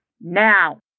Now